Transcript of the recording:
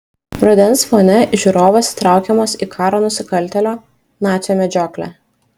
rudens fone žiūrovas įtraukiamas į karo nusikaltėlio nacio medžioklę